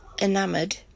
Enamoured